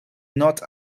not